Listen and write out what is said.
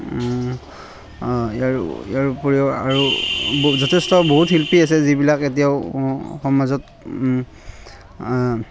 অঁ ইয়াৰ ইয়াৰ উপৰিও আৰু যথেষ্ট বহুত শিল্পী আছে যিবিলাক এতিয়াও সমাজত